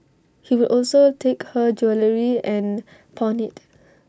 he would also take her jewellery and pawn IT